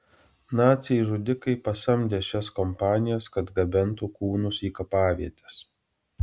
naciai žudikai pasamdė šias kompanijas kad gabentų kūnus į kapavietes